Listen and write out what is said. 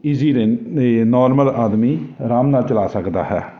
easy ਰਹਿ normal ਆਦਮੀ ਆਰਾਮ ਨਾਲ ਚਲਾ ਸਕਦਾ ਹੈ